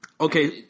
Okay